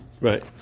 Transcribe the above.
Right